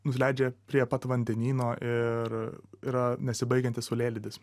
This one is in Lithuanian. nusileidžia prie pat vandenyno ir yra nesibaigiantis saulėlydis